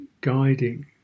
guiding